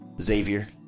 Xavier